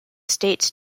states